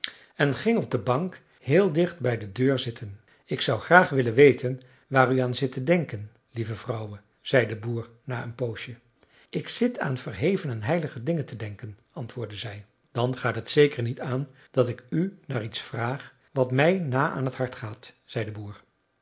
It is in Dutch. en ging op de bank heel dicht bij de deur zitten ik zou graag willen weten waar u aan zit te denken lieve vrouwe zei de boer na een poosje ik zit aan verheven en heilige dingen te denken antwoordde zij dan gaat het zeker niet aan dat ik u naar iets vraag wat mij na aan t hart gaat zei de boer